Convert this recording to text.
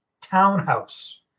Townhouse